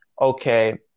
okay